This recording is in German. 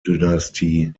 dynastie